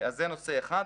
אז זה נושא אחד.